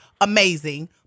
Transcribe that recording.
amazing